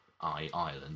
Ireland